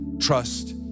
trust